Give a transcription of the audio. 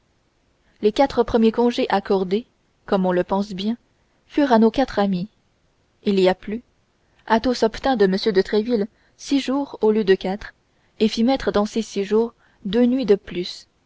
les quatre premiers congés accordés comme on le pense bien furent à nos quatre amis il y a plus athos obtint de m de tréville six jours au lieu de quatre et fit mettre dans ces six jours deux nuits de plus